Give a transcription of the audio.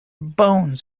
bones